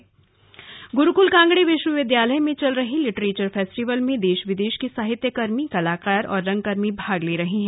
गुरुकुल कांगड़ी गुरुकुल कांगड़ी विश्वविद्यालय में चल रहे लिटरेचर फेस्टिवल में देश विदेश के साहित्यकर्मी कलाकार और रंगकर्मी भाग ले रहे हैं